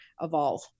evolve